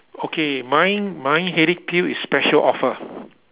okay mine mine headache pil is special offer